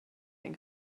ein